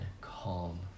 calm